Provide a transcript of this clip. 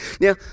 Now